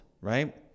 right